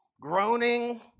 groaning